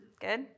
good